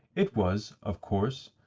it was, of course,